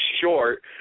short